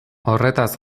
horretaz